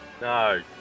No